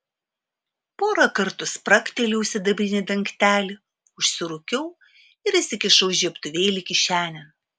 porą kartų spragtelėjau sidabrinį dangtelį užsirūkiau ir įsikišau žiebtuvėlį kišenėn